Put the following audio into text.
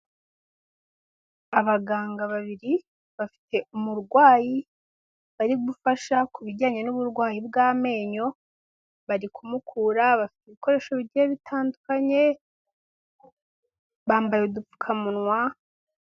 Abaganga babiri bafite umurwayi bari gufasha ku bijyanye n'uburwayi bw'amenyo, bari kumukura bafite ibikoresho bigiye bitandukanye bambaye udupfukamunwa.